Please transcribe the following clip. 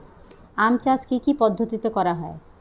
আম চাষ কি কি পদ্ধতিতে করা হয়?